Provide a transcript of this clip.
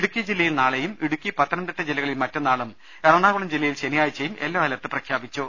ഇടുക്കി ജില്ലയിൽ നാളെയും ഇടുക്കി പത്തനംതിട്ട ജില്ലകളിൽ മറ്റന്നാളും എറണാകുളം ജില്ലയിൽ ശനിയാഴ്ചയും യെല്ലോ അലർട്ട് പ്രഖ്യാപിച്ചു